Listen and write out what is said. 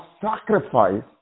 sacrifice